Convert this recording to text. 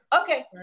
Okay